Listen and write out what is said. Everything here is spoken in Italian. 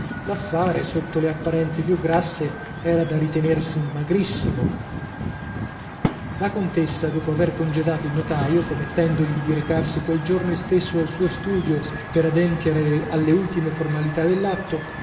settimana l'affare sotto le apparenze più grasse era da ritenersi magrissimo la contessa dopo aver congedato il notaio promettendogli di recarsi quel giorno istesso al suo studio per adempiere alle ultime formalità dell'atto